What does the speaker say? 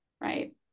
right